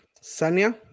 Sanya